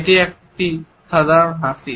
এটি একটি সাধারণ হাসি